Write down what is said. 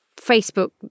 Facebook